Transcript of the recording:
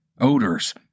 odors